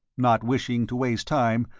not wishing to waste time,